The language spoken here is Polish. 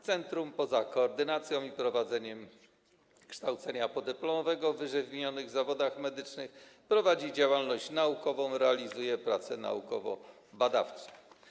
Centrum poza koordynacją i prowadzeniem kształcenia podyplomowego w ww. zawodach medycznych prowadzi działalność naukową, realizuje prace naukowo-badawcze.